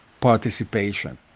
participation